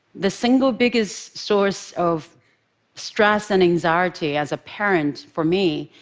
the single biggest source of stress and anxiety as a parent, for me,